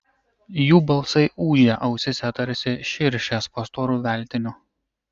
jų balsai ūžė ausyse tarsi širšės po storu veltiniu